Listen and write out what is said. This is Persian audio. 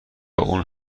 اون